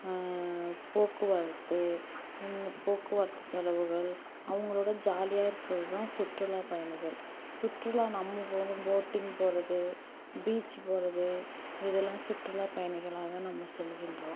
போக்குவரத்து போக்குவரத்து செலவுகள் அவங்களோட ஜாலியாக இருப்பது தான் சுற்றுலா பயணிகள் சுற்றுலா நம்ம போட்டிங் போவது பீச் போவது இதெல்லாம் சுற்றுலா பயணிகளாக நம்ம செல்கின்றோம்